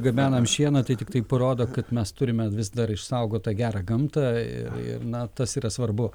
gabenam šieną tai tiktai parodo kad mes turime vis dar išsaugotą gerą gamtą ir ir na tas yra svarbu